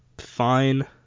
Fine